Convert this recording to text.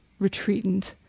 retreatant